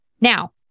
Now